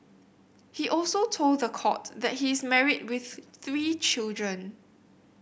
he also told the court that he is married with three children